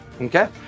Okay